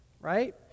right